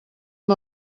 amb